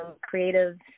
creative